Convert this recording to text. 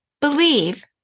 believe